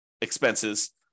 expenses